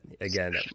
again